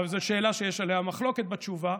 זו שאלה שיש עליה מחלוקת בתשובה,